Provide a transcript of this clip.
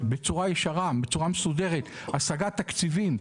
בצורה ישירה ומסודרת על ידי השגת תקציבים,